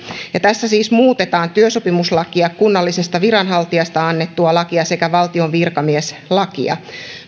tässä siis muutetaan työsopimuslakia kunnallisesta viranhaltijasta annettua lakia sekä valtion virkamieslakia